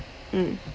mm